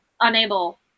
unable